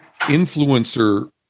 influencer